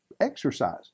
exercise